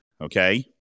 okay